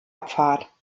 abfahrt